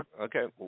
Okay